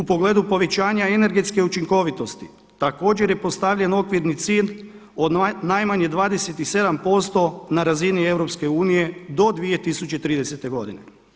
U pogledu povećanja energetske učinkovitosti također je postavljen okvirni cilj od najmanje 27% na razini EU do 2030. godine.